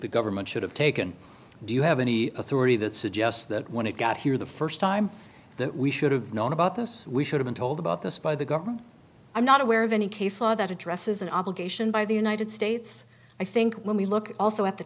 the government should have taken do you have any authority that suggests that when it got here the st time that we should have known about this we should've been told about this by the government i'm not aware of any case law that addresses an obligation by the united states i think when we look also at the